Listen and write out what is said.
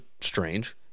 strange